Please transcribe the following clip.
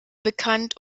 bekannt